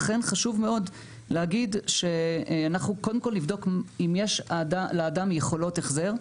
לכן חשוב מאוד להגיד שאנחנו קודם כל נבדוק אם יש לאדם יכולות החזר.